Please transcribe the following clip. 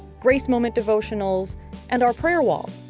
grace moment devotionals and our prayer wall.